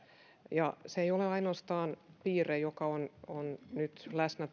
ja se ei ole piirre joka on on nyt läsnä